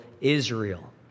Israel